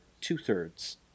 two-thirds